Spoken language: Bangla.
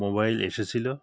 মোবাইল এসেছিল